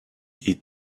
eat